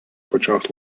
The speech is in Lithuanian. pačios